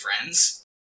friends